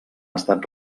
estat